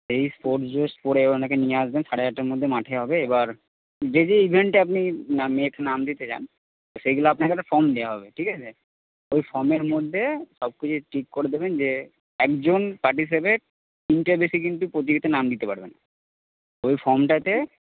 সেই sports dress পরে এবার ওনাকে নিয়ে আসবেন সাড়ে আটটার মধ্যে মাঠে হবে এবার যে যে ইভেন্টে আপনি মেয়েকে নাম দিতে চান সেইগুলো আপনাকে একটা ফর্ম দেওয়া হবে ঠিক আছে ওই ফর্মের মধ্যে সবকিছু টিক করে দেবেন যে একজন পার্টিসিপেট তিনটের বেশি কিন্তু প্রতিযোগিতায় নাম দিতে পারবেনা ওই ফর্মটাতে